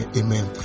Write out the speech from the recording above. amen